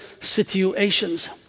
situations